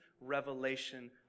revelation